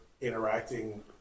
interacting